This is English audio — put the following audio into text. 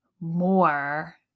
More